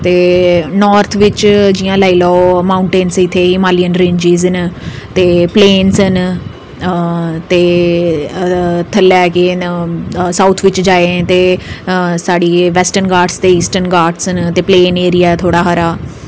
ते नार्थ बिच जियां लाई लैओ माउंटेन इत्थै हिमालियन रेंजे न पलेन न हां ते थल्लै केह् ना साउथ बिच जाओ ते साढ़ी एह् वैस्टर्न घाट ते इस्टर्न घाट न ते प्लेन ऐरिया ऐ थोह्ड़ा सारा